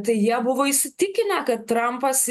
tai jie buvo įsitikinę kad trampas